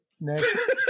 next